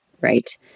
right